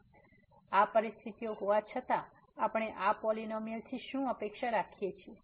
તેથી આ પરિસ્થિતિઓ હોવા છતાં આપણે આવા પોલીનોમીઅલ થી શું અપેક્ષા રાખીએ છીએ